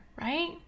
right